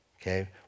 Okay